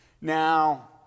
Now